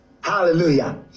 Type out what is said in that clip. Hallelujah